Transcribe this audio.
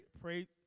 pray